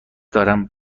دارم